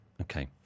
Okay